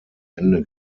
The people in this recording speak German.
ende